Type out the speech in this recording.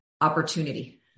opportunity